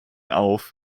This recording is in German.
auf